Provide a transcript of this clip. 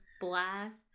blast